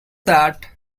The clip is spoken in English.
that